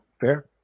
fair